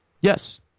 Yes